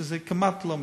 שזה כמעט לא מצוי.